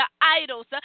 idols